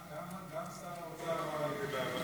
גם שר האוצר אמר את זה בוועדה.